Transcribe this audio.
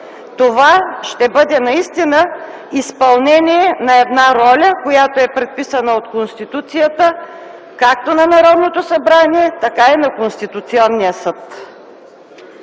Това ще бъде наистина изпълнение на една роля, която е предписана от Конституцията както на Народното събрание, така и на Конституционния съд.